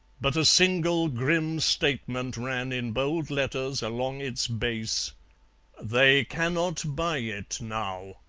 but a single grim statement ran in bold letters along its base they cannot buy it now.